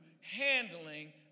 handling